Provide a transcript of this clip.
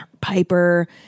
Piper